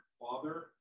father